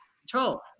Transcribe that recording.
control